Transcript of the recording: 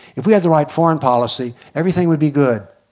if we had the right foreign policy everything would be good.